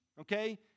okay